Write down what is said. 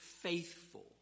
faithful